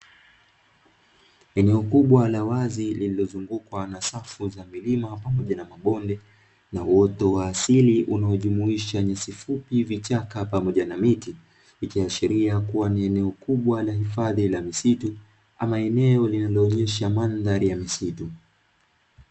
Eneo kubwa la wazi lililozungukwa na safu za milima, pamoja na mabonde, na uoto wa asili unaojumuisha nyasi fupi, vichaka, pamoja na miti, ikiashiria kuwa ni eneo kubwa la hifadhi la misitu, ama eneo linaloonyesha mandhari ya misitu.